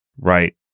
Right